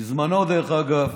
בזמנו, דרך אגב,